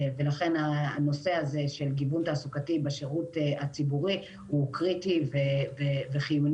לכן הנושא הזה של גיוון תעסוקתי בשירות הציבורי הוא קריטי וחיוני,